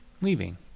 Leaving